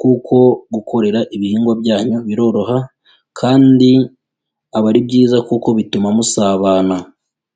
kuko gukorera ibihingwa byanyu biroroha kandi aba ari byiza kuko bituma musabana.